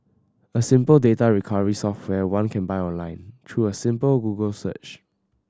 a simple data recovery software one can buy online through a simple Google search